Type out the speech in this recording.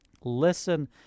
Listen